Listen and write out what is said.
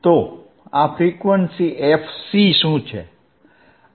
તો આ frequency fc શું છે